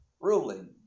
ruling